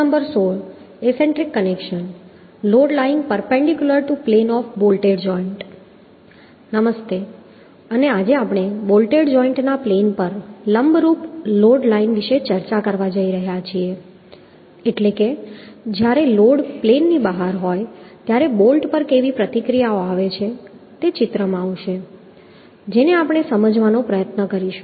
નમસ્તે અને આજે આપણે બોલ્ટેડ જોઈન્ટ ના પ્લેન પર લંબરૂપ લોડ લાઇન વિશે ચર્ચા કરવા જઈ રહ્યા છીએ એટલે કે જ્યારે લોડ પ્લેન ની બહાર હોય ત્યારે બોલ્ટ પર કેવી પ્રતિક્રિયાઓ આવે છે તે ચિત્રમાં આવશે જેને આપણે સમજવાનો પ્રયત્ન કરીશું